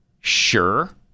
sure